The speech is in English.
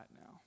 now